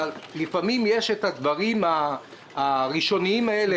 אבל לפעמים יש את הדברים הראשוניים האלה